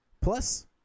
plus